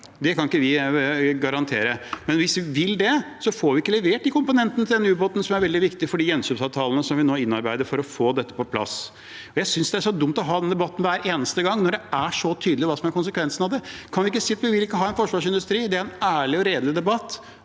Det kan vi ikke garantere. Men hvis vi vil det, får vi ikke levert de komponentene til den ubåten, som er veldig viktig for de gjenkjøpsavtalene som vi nå innarbeider for å få dette på plass. Jeg synes det er så dumt å ha denne debatten hver eneste gang når det er så tydelig hva som er konsekvensen. Kan man ikke si at man ikke vil ha en forsvarsindustri? Det er en ærlig og redelig debatt,